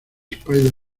spider